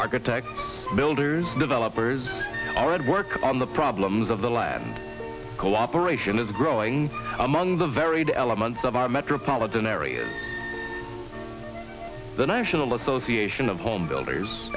architects builders developers are at work on the problems of the land cooperation is growing among the varied elements of our metropolitan area the national association of home builders